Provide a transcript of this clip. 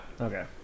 Okay